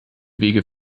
wege